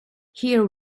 here